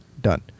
done